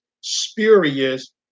spurious